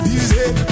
Music